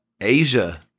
asia